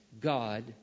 God